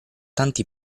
tanti